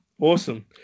awesome